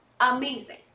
Amazing